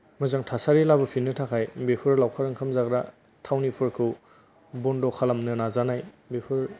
मोजां थासारि लाबोफिननो थाखाय बेफोर लावखार ओंखाम जाग्रा थावनिफोरखौ बन्द' खालामनो नाजानाय बेखौ